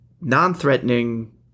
non-threatening